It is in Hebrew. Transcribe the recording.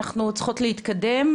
אנחנו צריכות להתקדם.